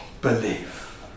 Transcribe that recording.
believe